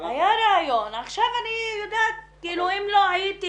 היה רעיון, עכשיו אני יודעת, כאילו אם לא הייתי